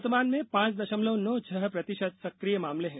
वर्तमान में पांच दशमलव नौ छह प्रतिशत सक्रिय मामले हैं